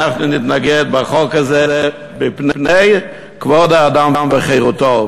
אנחנו נתנגד לחוק הזה מפני כבוד האדם וחירותו,